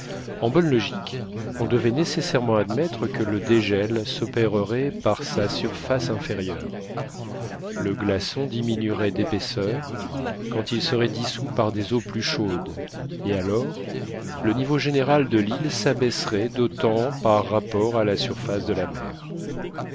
en bonne logique on devait nécessairement admettre que le dégel s'opérerait par sa surface inférieure le glaçon diminuerait d'épaisseur quand il serait dissous par des eaux plus chaudes et alors le niveau général de l'île s'abaisserait d'autant par rapport à la surface de la mer